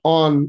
on